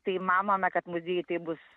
tai manome kad muziejuj tai bus